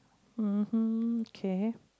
[um hm] K